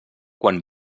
quan